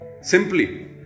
Simply